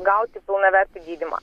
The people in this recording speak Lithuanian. gauti pilnavertį gydymą